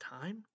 time